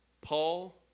Paul